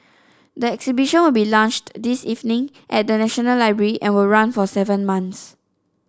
the exhibition will be launched this evening at the National Library and will run for seven months